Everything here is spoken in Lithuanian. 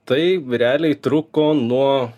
tai realiai truko nuo